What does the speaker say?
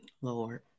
Lord